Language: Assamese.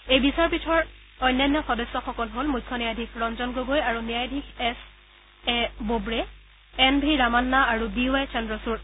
এই বিচাৰপীঠৰ অন্যান্য সদস্যসকল হল মুখ্য ন্যায়াধীশ ৰঞ্জন গগৈ আৰু ন্যায়াধীশ S A Bobde N V Ramana আৰু ডি ৱাই চন্দ্ৰচূড়